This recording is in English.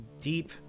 deep